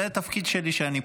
זה התפקיד שלי כשאני פה.